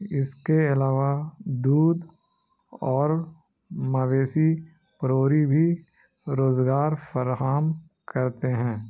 اس کے علاوہ دودھ اور مویسی پروری بھی روزگار فراہم کرتے ہیں